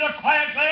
quietly